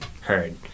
heard